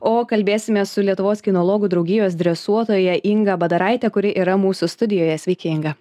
o kalbėsimės su lietuvos kinologų draugijos dresuotoja inga badaraite kuri yra mūsų studijoje sveiki inga